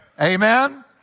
Amen